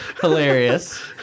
hilarious